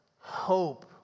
Hope